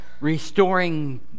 restoring